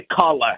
color